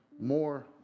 more